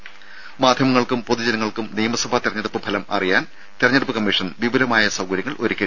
ദേ മാധ്യമങ്ങൾക്കും പൊതുജനങ്ങൾക്കും നിയമസഭാ തെരഞ്ഞെടുപ്പ് ഫലം അറിയാൻ തെരഞ്ഞെടുപ്പ് കമ്മീഷൻ വിപുലമായ സൌകര്യങ്ങൾ ഒരുക്കി